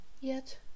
Yet